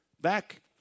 Back